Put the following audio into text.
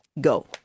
Go